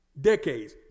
decades